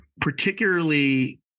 particularly